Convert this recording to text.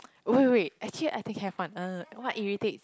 wait wait wait actually I think have one uh what irritates